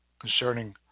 Concerning